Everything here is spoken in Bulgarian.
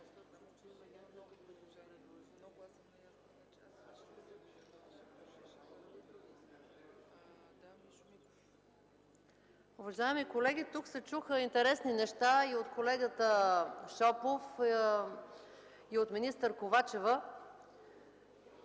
Уважаеми колеги, тук се чуха интересни неща и от колегата Шопов, и от министър Ковачева.